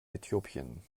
äthiopien